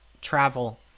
travel